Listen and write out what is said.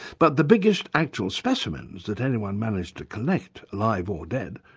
but the biggest actual specimens that anyone managed to collect, live or dead,